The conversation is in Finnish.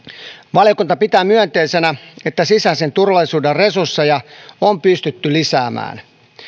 valiokunta pitää myönteisenä että sisäisen turvallisuuden resursseja on pystytty lisäämään